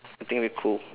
I think we're cool